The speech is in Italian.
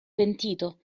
pentito